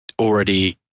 already